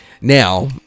now